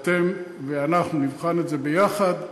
אתם ואנחנו נבחן את זה ביחד,